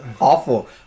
awful